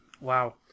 Wow